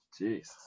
Jeez